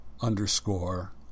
underscore